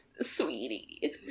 sweetie